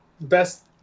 best